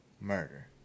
Murder